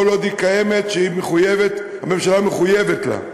כל עוד היא קיימת, הממשלה מחויבת לה.